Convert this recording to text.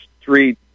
three